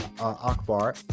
Akbar